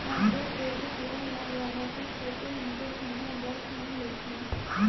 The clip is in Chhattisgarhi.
माइक्रो क्रेडिट लोन ल जादातर छोटे मोटे धंधा दार मन लेथें